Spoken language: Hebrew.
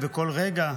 ובכל רגע,